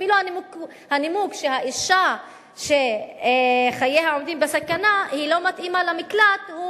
אפילו הנימוק שהאשה שחייה עומדים בסכנה לא מתאימה למקלט הוא